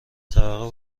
طبقه